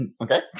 Okay